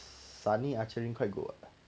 sunnee archery quite good [what]